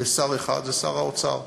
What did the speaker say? לסל אחד, שזה שר האוצר.